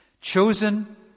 Chosen